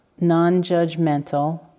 non-judgmental